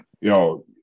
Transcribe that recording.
Yo